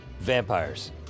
Vampires